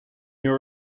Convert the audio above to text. your